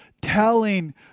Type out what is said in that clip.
telling